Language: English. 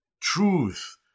truth